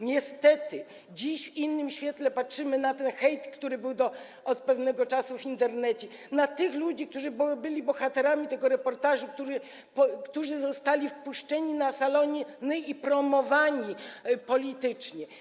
Niestety dziś w innym świetle patrzymy na ten hejt, który od pewnego czasu był w Internecie, na tych ludzi, którzy byli bohaterami tego reportażu, którzy zostali wpuszczeni na salony i byli promowani politycznie.